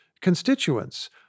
constituents